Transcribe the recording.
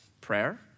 Prayer